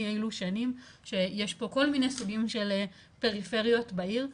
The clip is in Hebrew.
אי אלו שנים כשיש פה כל מיני סוגים של פריפריות בעיר,